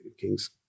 King's